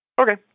Okay